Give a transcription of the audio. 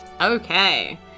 okay